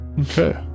Okay